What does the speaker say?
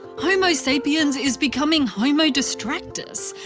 homo sapiens is becoming homo distractus,